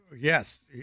Yes